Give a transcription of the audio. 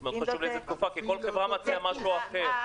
זה חשוב לאיזו תקופה, כי כל חברה מציעה משהו אחר.